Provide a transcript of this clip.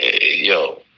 Yo